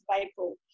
April